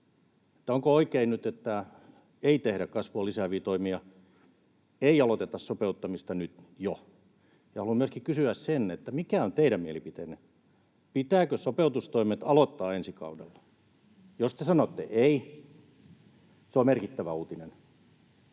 nyt oikein, että ei tehdä kasvua lisääviä toimia, ei aloiteta sopeuttamista jo nyt? Ja haluan myöskin kysyä, mikä on teidän mielipiteenne: pitääkö sopeutustoimet aloittaa ensi kaudella? Jos te sanotte ”ei”, se on merkittävä uutinen,